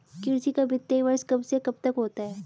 कृषि का वित्तीय वर्ष कब से कब तक होता है?